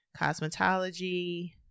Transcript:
cosmetology